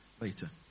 later